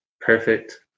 Perfect